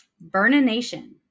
Burn-a-Nation